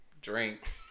drink